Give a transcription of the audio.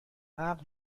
عقل